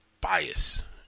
bias